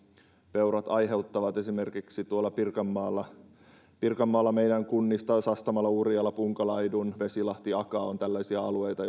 peurat aiheuttavat esimerkiksi tuolla pirkanmaalla pirkanmaalla meidän kunnista sastamala urjala punkalaidun vesilahti ja akaa ovat tällaisia alueita